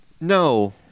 no